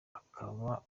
akaba